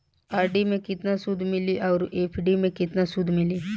RD मे केतना सूद मिली आउर एफ.डी मे केतना सूद मिली?